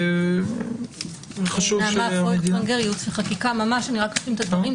אשלים את הדברים.